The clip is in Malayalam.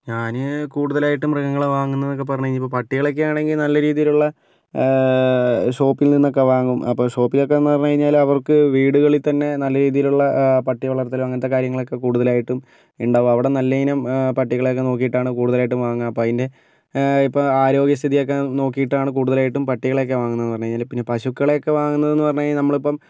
ഞാൻ കൂടുതലായിട്ടും മൃഗങ്ങളെ വാങ്ങുന്നത് എന്നൊക്കെ പറഞ്ഞുകഴിഞ്ഞാൽ ഇപ്പോൾ പട്ടികളെയൊക്കെ ആണെങ്കിൽ നല്ല രീതിയിലുള്ള ഷോപ്പിൽ നിന്നൊക്കെ വാങ്ങും അപ്പോൾ ഷോപ്പിൽ നിന്നൊക്കെ പറഞ്ഞു കഴിഞ്ഞാൽ അവർക്ക് വീടുകളിൽ തന്നെ നല്ല രീതിയിലുള്ള ആ പട്ടി വളർത്തലും അങ്ങനത്തെ കാര്യങ്ങളൊക്കെ കൂടുതലായിട്ടും ഉണ്ടാകും അവിടെ നല്ലയിനം പട്ടികളൊക്കെ നോക്കിയിട്ടാണ് കൂടുതലായിട്ടും വാങ്ങുക അപ്പോൾ അതിൻ്റെ ഇപ്പോൾ ആരോഗ്യസ്ഥിതി ഒക്കെ നോക്കിയിട്ടാണ് കൂടുതലായിട്ടും പട്ടികളെയൊക്കെ വാങ്ങുന്നത് എന്ന് പറഞ്ഞു കഴിഞ്ഞാൽ പിന്നെ പശുക്കളെയൊക്കെ വാങ്ങുന്നത് എന്ന് പറഞ്ഞു കഴിഞ്ഞാൽ നമ്മളിപ്പം